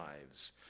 lives